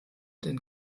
den